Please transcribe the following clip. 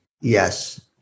Yes